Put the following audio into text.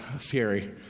Scary